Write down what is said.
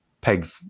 peg